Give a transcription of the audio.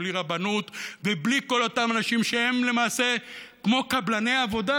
בלי רבנות ובלי כל אותם אנשים שהם למעשה כמו קבלני עבודה,